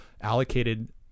allocated